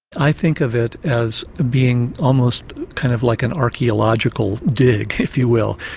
i think of it as being almost kind of like an archaeological dig, if you will,